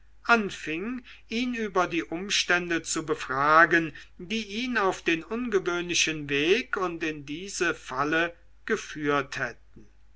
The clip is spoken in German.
anfing ihn über die umstände zu befragen die ihn auf den ungewöhnlichen weg und in diese falle geführt hätten